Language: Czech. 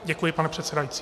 Děkuji, pane předsedající.